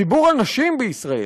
ציבור הנשים בישראל,